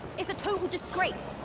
it's a total disgrace!